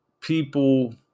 people